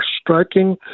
striking